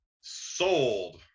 sold